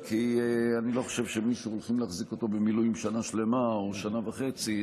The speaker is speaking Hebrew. כי אני לא חושב שהולכים להחזיק מישהו במילואים שנה שלמה או שנה וחצי.